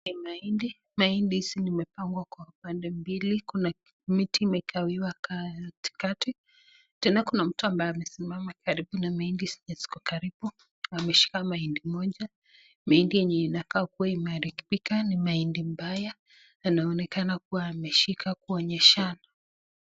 Ni mahindi, mahindi hizi zimepangwa kwa pande mbili, na miti imegawiwa katikati, tean kuna mtu ambaye amesimama karibu na mahindi zenye zikokaribu na ameshika mahindi moja, mahindi yenye inakaa kuwa imeharibika ni mahindi mbaya, inaonekana kuwa ameshika kuonyeshana.